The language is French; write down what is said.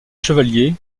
chevalier